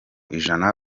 ijana